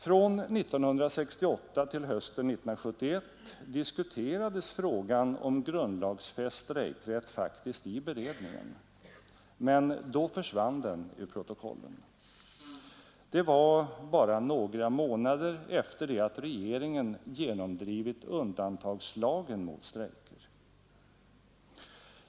Från 1968 till hösten 1971 diskuterades frågan om grundlagsfäst strejkrätt faktiskt i beredningen, men då försvann den ur protokollen. Det var bara några månader efter det att regeringen genomdrivit undantagslagen mot strejker.